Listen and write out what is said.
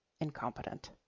incompetent